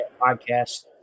Podcast